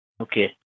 Okay